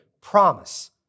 promise